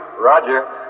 Roger